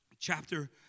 chapter